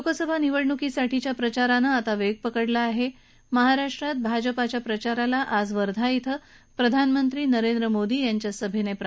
लोकसभा निवडणुकीसाठीच्या प्रचारानं आता वात्रिपकडला आहा ज्ञहाराष्ट्रात भाजपच्या प्रचाराला आज वर्धा श्वं प्रधानमंत्री नरेंद्र मोदी यांच्या सभर्त प्रारंभ होईल